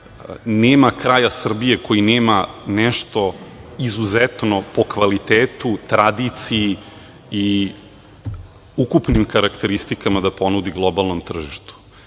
nema kraja Srbije koji nema nešto izuzetno po kvalitetu, tradiciji i ukupnom karakteristikama da ponudi globalnom tržištu. Želim